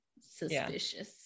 Suspicious